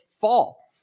fall